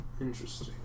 Interesting